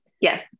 Yes